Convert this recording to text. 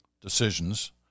decisions